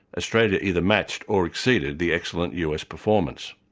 australia either matched or exceeded the excellent us performance.